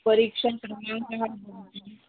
परीक्षा नियोजनं भवति